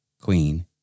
queen